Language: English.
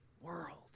world